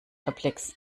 perplex